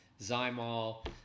Zymol